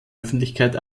öffentlichkeit